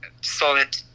solid